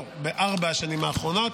לא, בארבע השנים האחרונות,